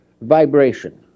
vibration